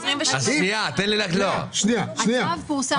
הצו פורסם